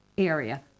area